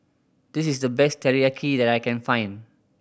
this is the best Teriyaki that I can find